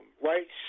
rights